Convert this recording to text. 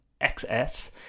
XS